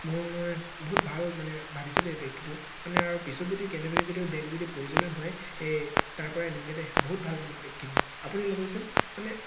মই বহুত ভাল মানে ভাবিছোঁ দেই বেগটো মানে আৰু পিছত যদি কেনেবাকৈ যদি আৰু বেগ যদি প্ৰয়োজনো হয় সেই তাৰ পৰাই আনিমগৈ দেই বহুত ভাল মানে বেগখিনি আপুনিও ল'বহিচোন মানে